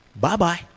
Bye-bye